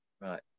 Right